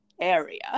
area